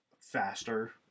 faster